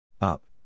Up